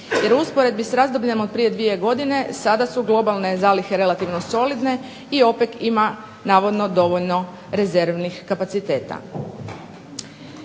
Jer u usporedbi s razdobljem prije dvije godine, sada su globalne zalihe relativno solidne, i opet ima navodno dovoljno rezervnih kapaciteta.